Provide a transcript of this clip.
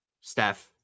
Steph